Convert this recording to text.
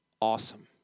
Awesome